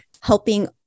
helping